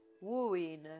wooing